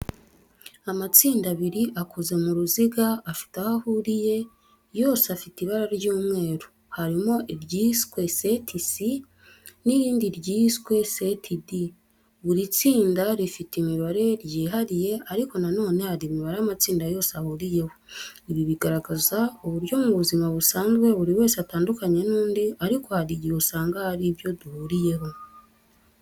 Amatsinda abiri akoze mu ruziga, afite aho ahuriye yose afite ibara ry'umweru, harimo iryiswe seti C n'irindi ryiswe seti D. Buri tsinda rifite imibare ryihariye ariko na none hari imibare amatsinda yose ahuriyeho. Ibi bigaragaza uburyo mu buzima busanzwe buri wese atandukanye n'undi ariko hari igihe usanga hari ibyo duhuriyeho.